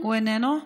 הוא איננו?